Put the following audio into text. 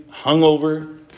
hungover